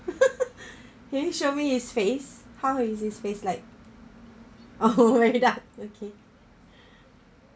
can you show me his face how is his face like oh okay